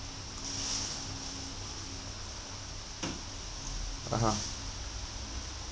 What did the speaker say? (uh huh)